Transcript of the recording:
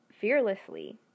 fearlessly